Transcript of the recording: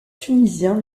tunisiens